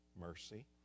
mercy